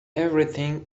everything